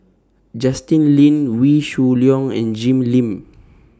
Justin Lean Wee Shoo Leong and Jim Lim